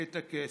את הכסף.